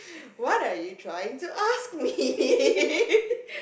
what are you trying to ask me